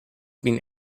been